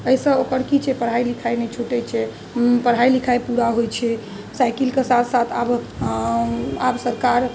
एहिसँ ओकर कि छै पढ़ाइ लिखाइ नहि छूटै छै पढ़ाइ लिखाइ पूरा होइ छै साइकिलके साथ साथ आब आब सरकार